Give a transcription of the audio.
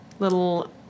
little